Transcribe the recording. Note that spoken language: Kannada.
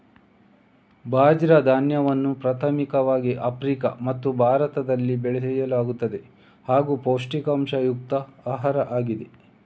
ಬಾಜ್ರ ಧಾನ್ಯವನ್ನು ಪ್ರಾಥಮಿಕವಾಗಿ ಆಫ್ರಿಕಾ ಮತ್ತು ಭಾರತದಲ್ಲಿ ಬೆಳೆಯಲಾಗುತ್ತದೆ ಹಾಗೂ ಪೌಷ್ಟಿಕಾಂಶಯುಕ್ತ ಆಹಾರ ಆಗಿವೆ